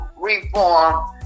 reform